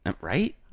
right